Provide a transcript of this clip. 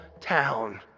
town